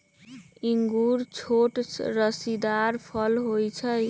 इंगूर छोट रसीदार फल होइ छइ